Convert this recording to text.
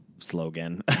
slogan